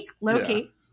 Loki